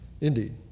Indeed